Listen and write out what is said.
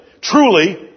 truly